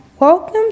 Welcome